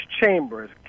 Chambers